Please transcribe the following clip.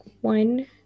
one